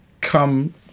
come